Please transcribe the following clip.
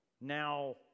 Now